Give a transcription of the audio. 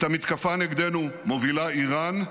את המתקפה נגדנו מובילה איראן,